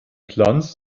glanz